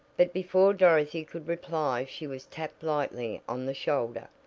but before dorothy could reply she was tapped lightly on the shoulder,